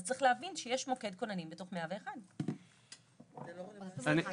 אז צריך להבין שיש מוקד כוננים בתוך 101. כן,